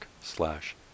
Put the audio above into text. slash